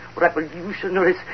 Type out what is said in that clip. revolutionaries